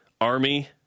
Army